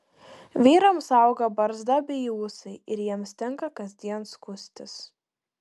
vyrams auga barzda bei ūsai ir jiems tenka kasdien skustis